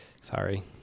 Sorry